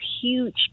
huge